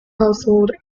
household